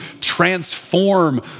transform